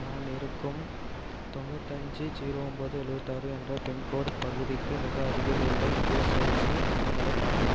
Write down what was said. நான் இருக்கும் தொண்ணூத்தஞ்சு ஜீரோ ஒம்போது எழுவத்தாறு என்ற பின்கோடு பகுதிக்கு மிக அருகிலுள்ள இஎஸ்ஐசி மையங்களைக் காட்டவும்